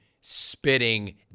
spitting